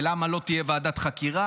ולמה לא תהיה ועדת חקירה,